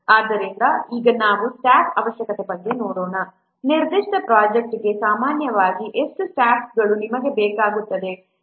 ಆದ್ದರಿಂದ ಈಗ ನಾವು ಸ್ಟಾಫ್ ಅವಶ್ಯಕತೆಯ ಬಗ್ಗೆ ನೋಡೋಣ ನಿರ್ದಿಷ್ಟ ಪ್ರೊಜೆಕ್ಟ್ಗೆ ಸಾಮಾನ್ಯವಾಗಿ ಎಷ್ಟು ಸ್ಟಾಫ್ಗಳು ನಿಮಗೆ ಬೇಕಾಗುತ್ತದೆ